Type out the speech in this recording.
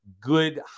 good